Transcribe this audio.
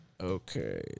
Okay